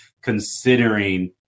considering